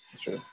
sure